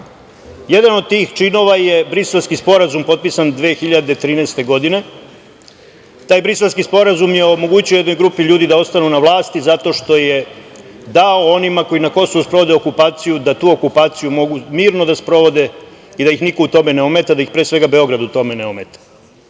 od tih činova je Briselskih sporazum, potpisan 2013. godine. Taj Briselski sporazum je omogućio jednoj grupi ljudi da ostanu na vlasti, zato što je dao onima koji na Kosovu sprovode okupaciju da tu okupaciju mogu mirno da sprovode i da ih niko u tome ne ometa, da ih pre svega Beograd u tome ne